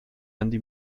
andy